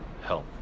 help